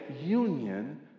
union